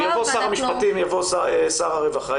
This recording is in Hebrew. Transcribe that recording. יהיה פה שר המשפטים, יבוא שר הרווחה.